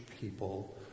people